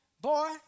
boy